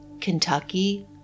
Kentucky